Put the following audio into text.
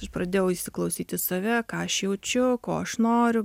aš pradėjau įsiklausyt į save ką aš jaučiu ko aš noriu